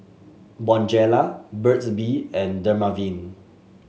Bonjela Burt's Bee and Dermaveen